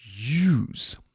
use